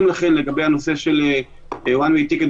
מקרים שלא --- אפשר להגיש דרך האינטרנט?